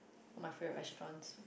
my favourite restaurants